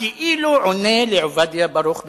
כאילו עונה לעובדיה ברוך בדיעבד: